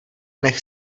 nech